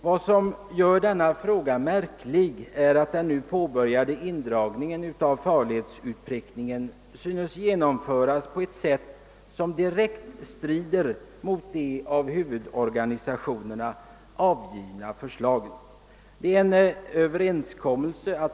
Vad som gör denna fråga märklig är att den nu påbörjade indragningen av farledsutprickningen synes bli genomförd på ett sätt som direkt strider mot de av huvudorganisationerna avgivna förslagen.